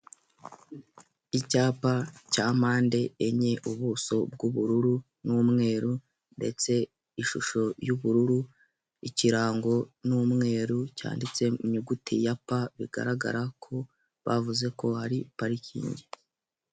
Icyapa cya mpande enye, ubuso bw'ubururu n'umweru ndetse ishusho y'ubururu, ikarango ni umweru, cyanditse mu nyuguti ya P bigaragara ko bavuze ko hari parikingi.